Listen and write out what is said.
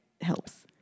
helps